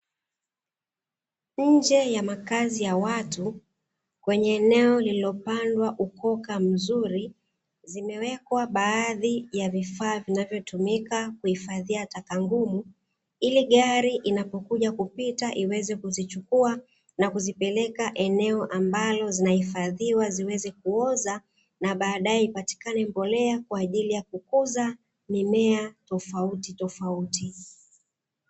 Nje ya makazi ya watu kwenye eneo lililopandwa ukoka mzuri zimewekwa baadhi ya vifaa vinavyotumika kuhifadhia taka ngumu ili gari inapokuja kupita iweze kuzichukua na kuzipeleka eneo ambalo zinahifadhiwa ziweze kuoza na baadaye ipatikane mbolea kwa ajili ya kukuza mimea tofautitofauti.